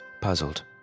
puzzled